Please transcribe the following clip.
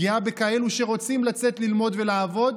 פגיעה בכאלה שרוצים לצאת ללמוד ולעבוד,